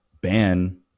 ban